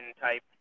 type